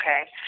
Okay